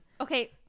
okay